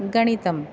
गणितम्